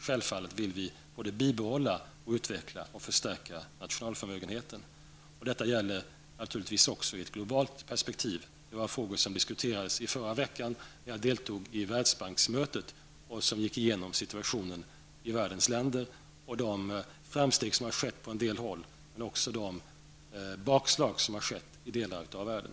Självfallet vill vi upprätthålla och utveckla samt förstärka nationalförmögenheten. Detta gäller naturligtvis också i ett globalt perspektiv. Dessa frågor diskuterades i förra veckan då jag deltog i Världsbanksmötet där man gick igenom situationen i världens länder, de framsteg som har skett på en del håll men också de bakslag som har skett i delar av världen.